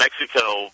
Mexico